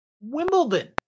Wimbledon